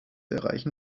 erreichen